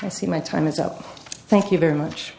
i see my time is up thank you very much